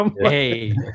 Hey